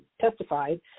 testified